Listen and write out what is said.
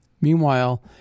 Meanwhile